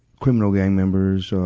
criminal gang members,